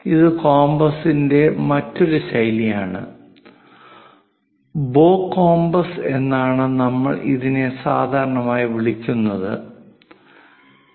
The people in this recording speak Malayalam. ഇത് കോമ്പസിന്റെ മറ്റൊരു ശൈലിയാണ് ബോ കോമ്പസ് എന്നാണ് നമ്മൾ ഇതിനെ സാധാരണയായി വിളിക്കുന്ത്